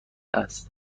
است